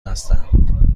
هستم